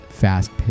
fast